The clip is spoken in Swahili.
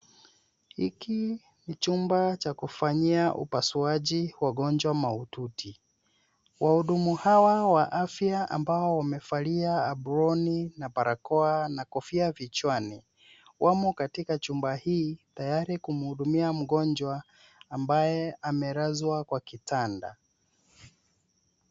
Hiki ni chumba cha kufanyia upasuaji wagonjwa mahututi. Wahudumu hawa wa afya ambao wamevalia aproni na barakoa na kofia vichwani wamo katika chumba hii tayari kumhudumia mgonjwa ambaye amelazwa kwa kitanda.